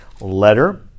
letter